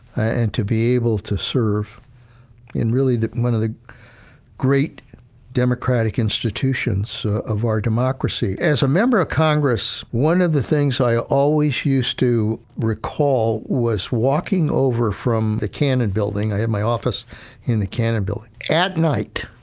ah and to be able to serve in really the one of the great democratic institutions of our democracy. as a member of congress, one of the things i always used to recall, was walking over from the cannon building i had my office in the cannon building at night,